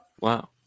wow